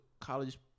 college